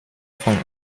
von